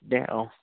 दे औ